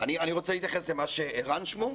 אני רוצה להתייחס למה שערן אמר.